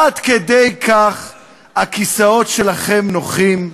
עד כדי כך הכיסאות שלכם נוחים?